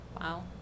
Wow